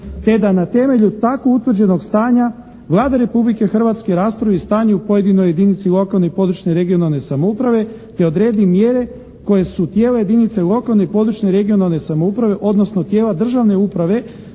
te da na temelju tako utvrđenog stanja Vlada Republike Hrvatske raspravi stanje u pojedinoj jedinici lokalne i područne (regionalne) samouprave te odredi mjere koje su tijela jedinica lokalne i područne (regionalne) samouprave odnosno tijela državne uprave